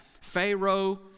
Pharaoh